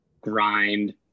grind